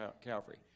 Calvary